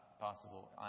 possible